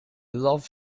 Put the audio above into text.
love